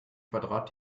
quadrat